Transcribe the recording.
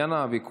תודה רבה.